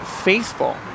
faithful